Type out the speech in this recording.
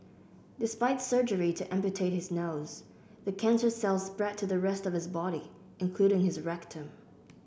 despite surgery to amputate his nose the cancer cells spread to the rest of his body including his rectum